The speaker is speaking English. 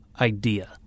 idea